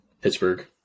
Pittsburgh